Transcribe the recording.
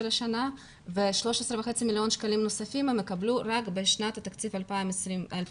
השנה ו-13.5 מיליון שקלים נוספים הם יקבלו רק בשנת התקציב 2021,